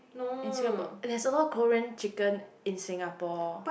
in Singapore there is a lot Korean chicken in Singapore